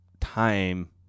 time